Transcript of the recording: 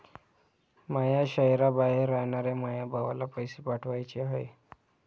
माया शैहराबाहेर रायनाऱ्या माया भावाला पैसे पाठवाचे हाय